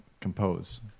compose